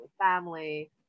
family